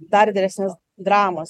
dar didesnės dramos